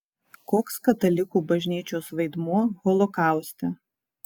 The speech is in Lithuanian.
koks katalikų bažnyčios vaidmuo holokauste